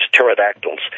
pterodactyls